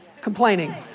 complaining